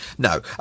No